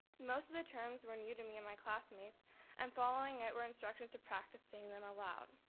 most of the terms were new to me and my classmates and following it were instructions to practice saying them aloud.